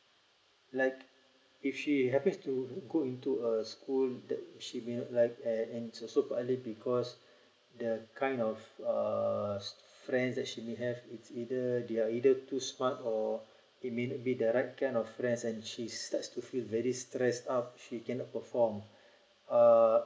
like if she happens to go into a school that she didn't like and also partly because the uh kind of err friends that she didn't have is either they're either too smart or immediate direct kind of friends and she start to feel very stress up she cannot perform uh